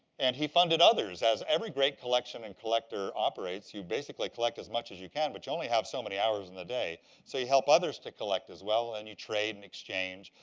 and he funded others, as every great collection and collector operates. you basically collect as much as you can, but you only have so many hours in the day. so you help others to collect as well, and you trade and exchange.